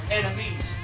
Enemies